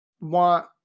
want